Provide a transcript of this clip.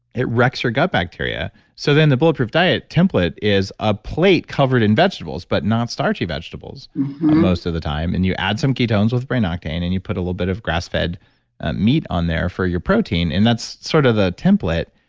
it wrecks your gut bacteria so then the bulletproof diet template is a plate covered in vegetables but non-starchy vegetables most of the time. and you add some ketones with brain octane and you put a little bit of grass fed meat on there for your protein and that's sort of the template.